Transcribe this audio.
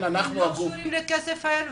אנחנו הגוף --- הם לא קשורים לכסף הזה?